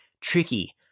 tricky